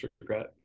regret